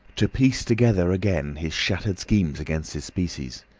to piece together again his shattered schemes against his species.